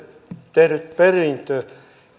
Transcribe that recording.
tehdyt perintö